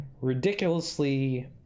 ridiculously